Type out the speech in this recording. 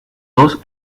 dos